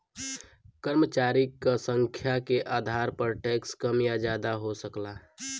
कर्मचारी क संख्या के आधार पर टैक्स कम या जादा हो सकला